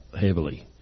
heavily